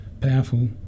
powerful